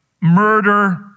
murder